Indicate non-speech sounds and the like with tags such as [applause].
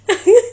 [noise]